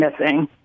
missing